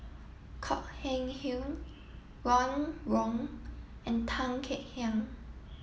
Kok Heng Leun Ron Wong and Tan Kek Hiang